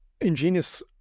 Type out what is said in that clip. ingenious